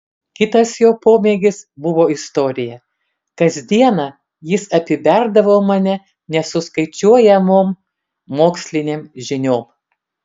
kitas jo pomėgis buvo istorija kasdieną jis apiberdavo mane nesuskaičiuojamom mokslinėm žiniom